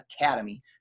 academy